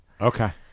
Okay